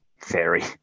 theory